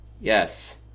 Yes